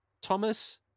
Thomas